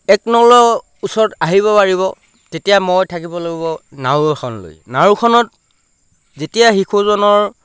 একনলৰ ওচৰত আহিব পাৰিব তেতিয়া মই থাকিব লাগিব নাও এখন লৈ নাওখনত যেতিয়া শিশুজনৰ